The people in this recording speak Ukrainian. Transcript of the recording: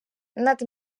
над